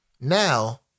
Now